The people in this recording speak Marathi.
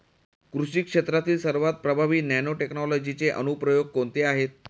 कृषी क्षेत्रातील सर्वात प्रभावी नॅनोटेक्नॉलॉजीचे अनुप्रयोग कोणते आहेत?